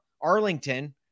Arlington